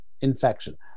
infection